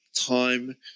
time